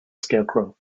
scarecrow